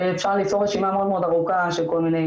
אפשר למצוא רשימה מאוד ארוכה של כל מיני